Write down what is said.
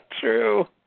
true